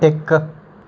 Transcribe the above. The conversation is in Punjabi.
ਇੱਕ